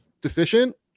deficient